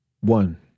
One